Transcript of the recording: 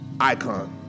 icon